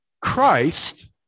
Christ